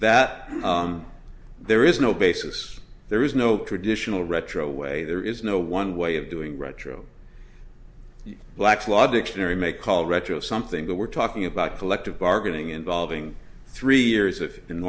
that there is no basis there is no traditional retro way there is no one way of doing retro black's law dictionary may call retro something that we're talking about collective bargaining involving three years